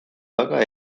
väga